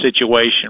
situation